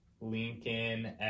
Lincoln